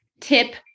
tip